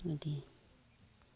बिदि